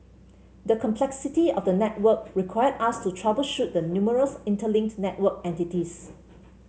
the complexity of the network required us to troubleshoot the numerous interlinked network entities